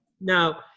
now